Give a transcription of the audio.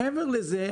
מעבר לזה,